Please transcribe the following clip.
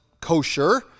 kosher